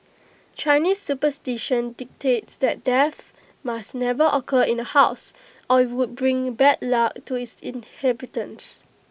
Chinese superstition dictates that death must never occur in A house or IT would bring bad luck to its inhabitants